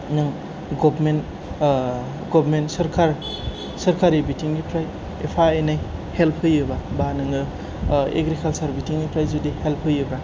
नों government government सरकार सोरखारि बिथिंनिफ्राय एफा एनै हेल्प होयोबा बा नोङो एग्रिकालसार बिथिंनिफ्राय जुदि हेल्प होयोब्ला